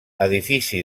edifici